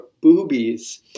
boobies